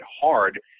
hard